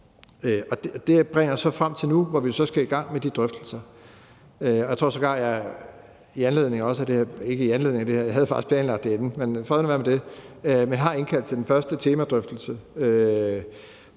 Det bringer os så frem til nu, hvor vi skal i gang med de drøftelser. Jeg tror sågar, jeg i anledning af det her – ikke